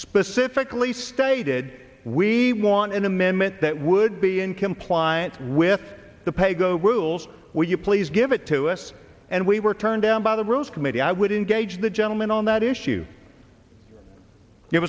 specifically stated we want an amendment that would be in compliance with the paygo rules would you please give it to us and we were turned down by the rules committee i would engage the gentleman on that issue